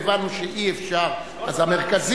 רבותי,